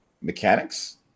Mechanics